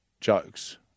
jokes